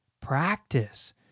practice